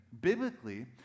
Biblically